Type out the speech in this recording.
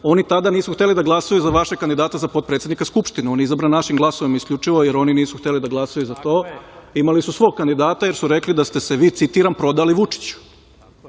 oni tada nisu hteli da glasaju za vašeg kandidata za potpredsednika Skupštine. On je izabran našim glasovima isključivo, jer oni nisu hteli da glasaju za to. Imali su svog kandidata, jer su rekli da ste se vi, citiram, prodali Vučiću. Zato